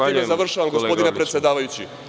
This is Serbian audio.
Sa time završavam, gospodine predsedavajući.